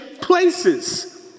places